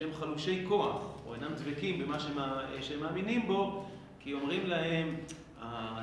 הם חלושי כוח או אינם דבקים במה שהם מאמינים בו כי אומרים להם